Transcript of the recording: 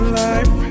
life